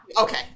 Okay